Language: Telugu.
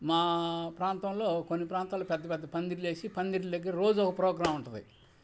మా ప్రాంతంలో కొన్ని ప్రాంతంలో పెద్ద పెద్ద పందిరులేసి పందిరిల దగ్గర రోజూ ఒక ప్రోగ్రాం ఉంటుంది